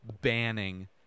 banning